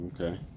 Okay